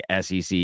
SEC